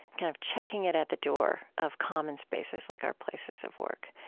kind of checking it at the door of common spaces, like our places of work.